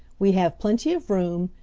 we have plenty of room,